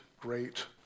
great